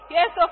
Yes